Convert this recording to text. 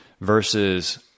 versus